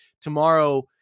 tomorrow